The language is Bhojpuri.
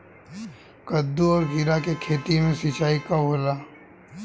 कदु और किरा के खेती में सिंचाई कब होला?